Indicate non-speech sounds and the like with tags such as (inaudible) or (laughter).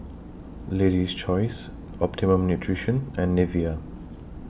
(noise) Lady's Choice Optimum Nutrition and Nivea